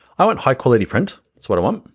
i want high quality print, that's what i want,